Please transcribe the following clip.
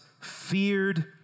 feared